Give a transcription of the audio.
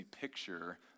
picture